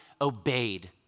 obeyed